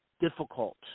difficult